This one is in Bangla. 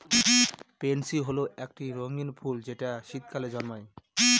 পেনসি হল একটি রঙ্গীন ফুল যেটা শীতকালে জন্মায়